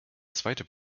zweite